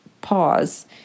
pause